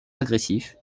agressif